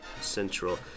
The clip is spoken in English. central